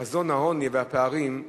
חזון העוני והפערים,